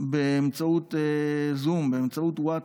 באמצעות זום, באמצעות ווטסאפ,